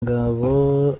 ingabo